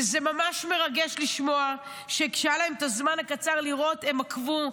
וזה ממש מרגש לשמוע שכשהיה להן זמן קצר לראות הן עקבו.